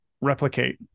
replicate